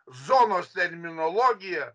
zonos terminologija